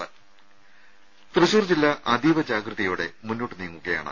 രുര തൃശൂർ ജില്ല അതീവ ജാഗ്രതയോടെ മുന്നോട്ട് നീങ്ങുകയാണ്